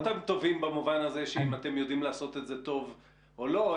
טובים במובן שאם אתם יודעים לעשות את זה טוב או לא,